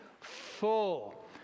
Full